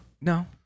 No